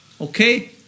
Okay